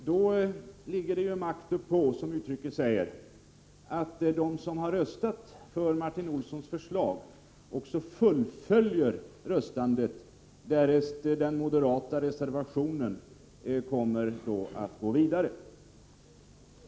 Då ligger det makt uppå, som uttrycket lyder, att de som har röstat för Martin Olssons förslag också fullföljer röstandet, dvs. på den moderata reservationen när den går vidare.